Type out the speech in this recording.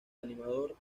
animador